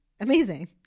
Amazing